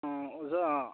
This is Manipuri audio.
ꯑꯣꯖꯥ